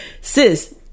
Sis